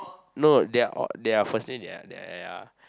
no they're all they're firstly their their